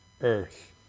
earth